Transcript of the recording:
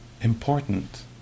important